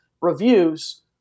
reviews